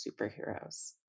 superheroes